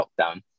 lockdown